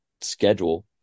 schedule